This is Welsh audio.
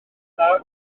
dda